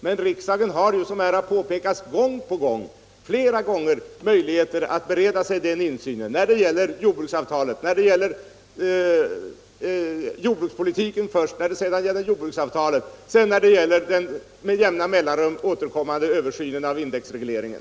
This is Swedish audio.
Men som här har påpekats gång på gång har ju riksdagen möjligheter att bereda sig den insynen i jordbrukspolitiken och jordbruksavtalet och i den med jämna mellanrum återkommande översynen av indexregleringen.